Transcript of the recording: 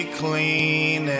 clean